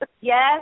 Yes